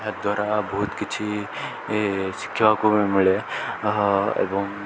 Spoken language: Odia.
ଏହାଦ୍ୱାରା ବହୁତ କିଛି ଶିଖିବାକୁ ମିଳେ ଏବଂ